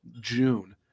June